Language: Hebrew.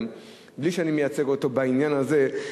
בלי שאני מייצג אותו בעניין הזה,